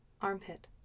armpit